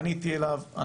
פניתי אליו,